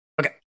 Okay